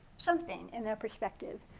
something in that perspective.